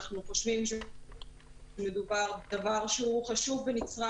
אנחנו חושבים שמדובר בדבר חשוב ונצרך.